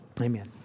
Amen